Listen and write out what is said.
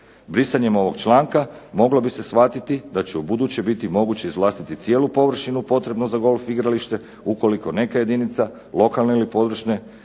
Brisanjem ovog članka moglo bi se shvatiti da će ubuduće biti moguće izvlastiti cijelu površinu potrebnu za golf igralište, ukoliko neka jedinica lokalne ili područne